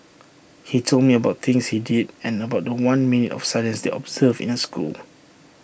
he told me about things he did and about The One minute of silence they observed in the school